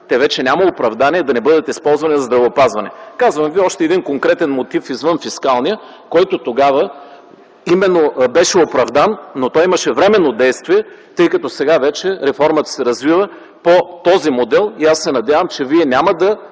вече няма оправдание те да не бъдат използвани за здравеопазване. Казвам ви още един конкретен мотив извън фискалния, който тогава именно беше оправдан, но той имаше временно действие, тъй като сега вече реформата се развива по този модел. Аз се надявам, че вие няма да